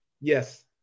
Yes